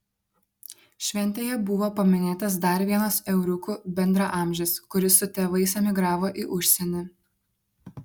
šventėje buvo paminėtas dar vienas euriukų bendraamžis kuris su tėvais emigravo į užsienį